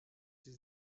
sie